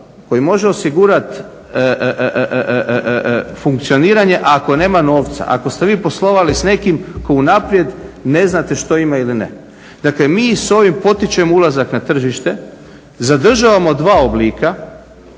koji može osigurati funkcioniranje ako nema novca. Ako ste vi poslovali s nekim tko unaprijed ne znate što ima ili ne. Dakle, mi s ovim potičemo ulazak na tržište, zadržavamo dva oblika,